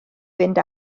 fynd